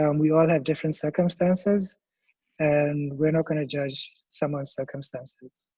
um we all have different circumstances and we're not gonna judge someone's circumstances.